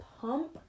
pump